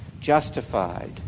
justified